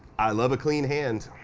i love a clean hand